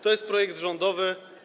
To jest projekt rządowy.